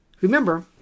remember